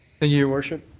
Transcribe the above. your worship.